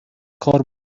کار